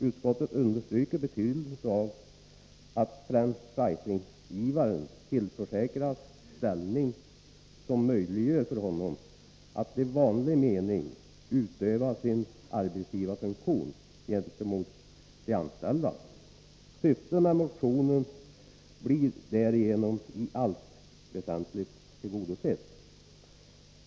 Utskottet understryker betydelsen av att franchisetagaren tillförsäkras en ställning som möjliggör för honom att i vanlig mening utöva sin arbetsgivarfunktion gentemot de anställda. Syftet med motionen blir därigenom i allt väsentligt tillgodosett.